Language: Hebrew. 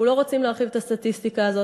אנחנו לא רוצים להרחיב את הסטטיסטיקה הזאת.